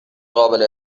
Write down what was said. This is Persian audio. قابل